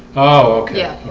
oh okay.